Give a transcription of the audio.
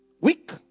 Weak